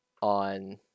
on